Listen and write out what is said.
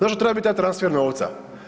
Zašto treba biti taj transfer novca?